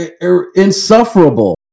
insufferable